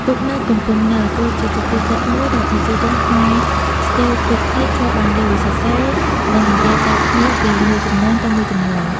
ទូកទៅ កំពង់នៅ គឺជាសុភាសិតមួយដែលប្រជាជនខ្មែរស្ទើរគ្រប់គ្នាធ្លាប់បានឮ សរសេរ និងនិយាយតគ្នា ពីមួយជំនាន់ទៅមួយជំនាន់។